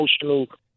emotional